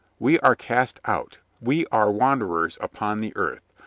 we are cast out. we are wanderers upon the earth.